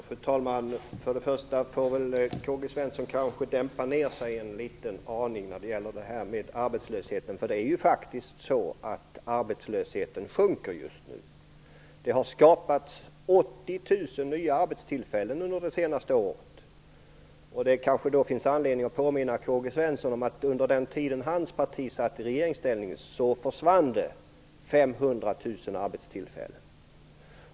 Fru talman! Först och främst får K-G Svenson dämpa ned sig en liten aning i frågan om arbetslösheten. Det är faktiskt så att arbetslösheten just nu sjunker. Det har skapats 80 000 nya arbetstillfällen under det senaste året. Det finns kanske anledning att påminna K-G Svenson om att det under den tid när hans parti satt i regeringsställning försvann 500 000 arbetstillfällen.